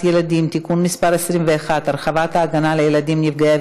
ילדים) (תיקון מס' 21) (הרחבת ההגנה על ילדים נפגעי